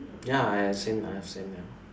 ya I have seen I have seen them